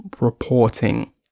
reporting